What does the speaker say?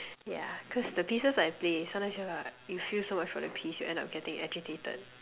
yeah because the pieces I play sometime uh you feel so much for the piece you end up getting agitated